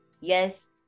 yes